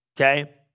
okay